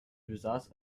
besaßen